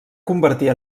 convertir